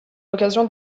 l’occasion